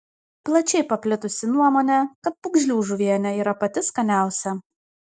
plačiai paplitusi nuomonė kad pūgžlių žuvienė yra pati skaniausia